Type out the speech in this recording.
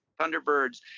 Thunderbirds